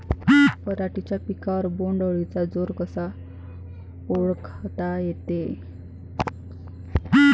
पराटीच्या पिकावर बोण्ड अळीचा जोर कसा ओळखा लागते?